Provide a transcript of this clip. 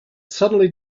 suddenly